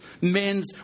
men's